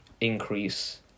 increase